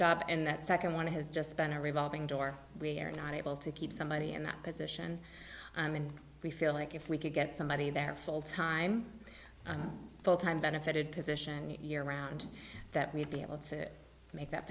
job in that second one has just been a revolving door we're not able to keep somebody in that position and we feel like if we could get somebody there full time full time benefited position year round that we'd be able to make that